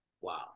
Wow